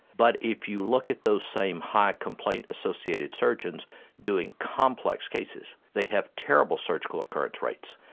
but if you look at those same high complaint associated surgeons doing complex cases, they have terrible surgical occurrence rates.